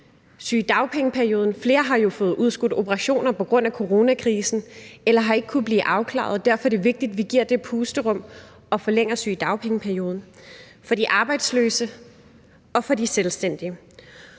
flere har jo fået udskudt operationer på grund af coronakrisen eller har ikke kunnet blive afklaret, og derfor er det vigtigt, at vi giver det pusterum og forlænger sygedagpengeperioden – for de arbejdsløse og for de selvstændige.